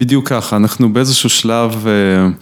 בדיוק ככה, אנחנו באיזשהו שלב...